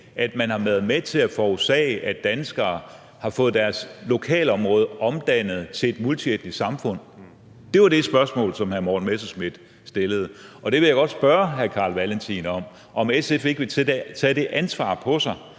at man har været med til at forårsage, at danskere har fået deres lokalområde omdannet til et multietnisk samfund. Det var det spørgsmål, som hr. Morten Messerschmidt stillede, og det vil jeg godt spørge hr. Carl Valentin om, altså om SF ikke vil tage det ansvar på sig,